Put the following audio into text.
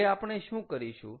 હવે આપણે શું કરીશું